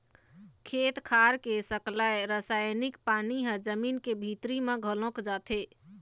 खेत खार के सकलाय रसायनिक पानी ह जमीन के भीतरी म घलोक जाथे